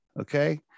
Okay